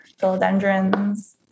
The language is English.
Philodendrons